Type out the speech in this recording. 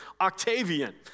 Octavian